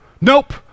nope